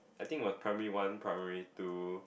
I think it was primary one primary two